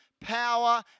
power